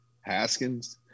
Haskins